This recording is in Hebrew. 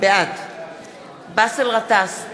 בעד באסל גטאס,